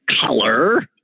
color